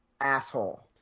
asshole